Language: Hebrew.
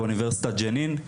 בג'נין,